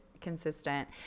consistent